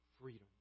Freedom